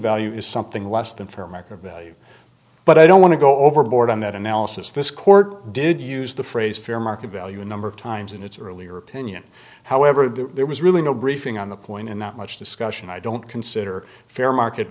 value is something less than fair market value but i don't want to go overboard on that analysis this court did use the phrase fair market value a number of times in its earlier opinion however that there was really no briefing on the point in that much discussion i don't consider fair market